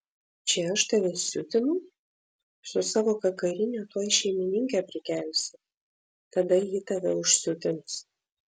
čia aš tave siutinu su savo kakarine tuoj šeimininkę prikelsi tada ji tave užsiutins